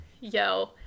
yo